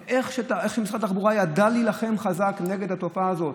משרד התחבורה ידע להילחם חזק נגד התופעה הזאת.